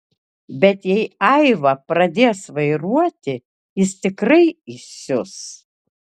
bet jei aiva pradės vairuoti jis tikrai įsius